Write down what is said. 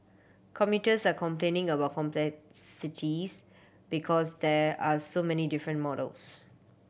commuters are complaining about complexities because there are so many different models